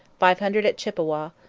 five hundred at chippawa,